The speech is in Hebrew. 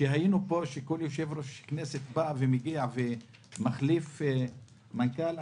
שהיינו פה, שכל יושב-ראש בא ומגיע ומחליף מנכ"ל.